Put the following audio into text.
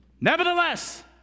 Nevertheless